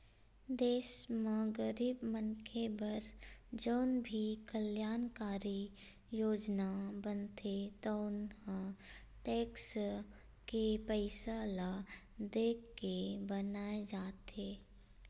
देस म गरीब मनखे बर जउन भी कल्यानकारी योजना बनथे तउन ह टेक्स के पइसा ल देखके बनाए जाथे